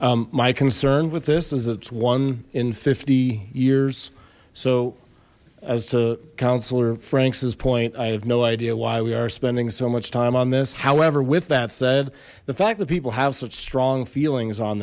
good my concern with this is it's one in fifty years so as to councillor frank's is point i have no idea why we are spending so much time on this however with that said the fact that people have such strong feelings on